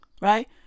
Right